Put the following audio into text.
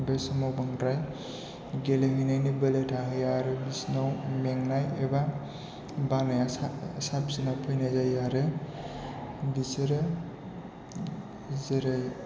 बे समाव बांद्राय गेलेहैनायनि बोलो थाहैया आरो बिसोरनाव मेंनाय एबा बानाया साफिना फैनाय जायो आरो बिसोरो जेरै